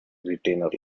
retainer